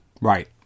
Right